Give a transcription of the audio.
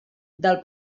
del